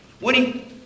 Woody